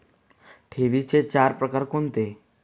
ठेवींचे चार प्रकार कोणते?